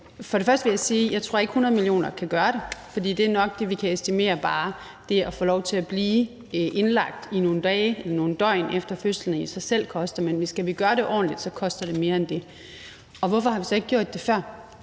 Først vil jeg sige, at jeg ikke tror, at 100 mio. kr. kan gøre det, fordi det nok er det, som vi kan estimere bare det at få lov til at være indlagt i nogle døgn efter fødslen i sig selv koster. Men skal vi gøre det ordentligt, koster det mere end det. Og hvorfor har vi så ikke gjort det før?